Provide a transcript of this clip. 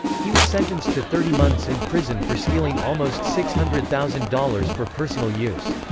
he was sentenced to thirty months in prison for stealing almost six hundred thousand dollars for personal use.